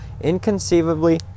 inconceivably